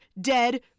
dead